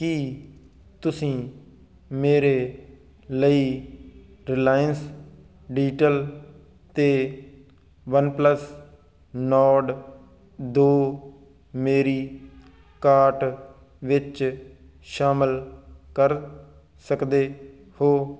ਕੀ ਤੁਸੀਂ ਮੇਰੇ ਲਈ ਰਿਲਾਇੰਸ ਡਿਜੀਟਲ 'ਤੇ ਵਨਪਲੱਸ ਨੋਰਡ ਦੋ ਮੇਰੀ ਕਾਰਟ ਵਿੱਚ ਸ਼ਾਮਲ ਕਰ ਸਕਦੇ ਹੋ